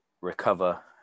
recover